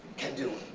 can do